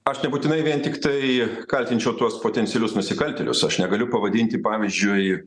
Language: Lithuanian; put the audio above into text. aš nebūtinai vien tiktai kaltinčiau tuos potencialius nusikaltėlius aš negaliu pavadinti pavyzdžiui